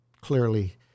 clearly